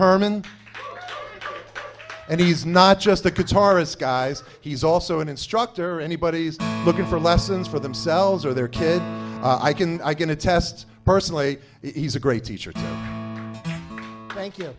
herman and he's not just the kids are us guys he's also an instructor anybody's looking for lessons for themselves or their kid i can i can attest personally he's a great teacher thank you